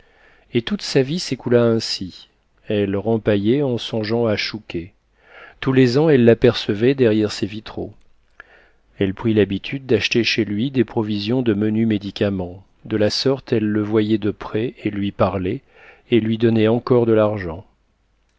et toute sa vie s'écoula ainsi elle rempaillait en songeant à chouquet tous les ans elle l'apercevait derrière ses vitraux elle prit l'habitude d'acheter chez lui des provisions de menus médicaments de la sorte elle le voyait de près et lui parlait et lui donnait encore de l'argent